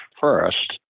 first